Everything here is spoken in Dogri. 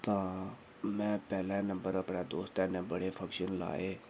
तां में पैह्लै नंबर अपने दोस्तै नै बड़े फंक्शन लाए